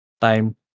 time